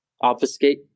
obfuscate